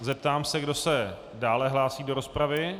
Zeptám se, kdo se dále hlásí do rozpravy.